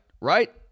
Right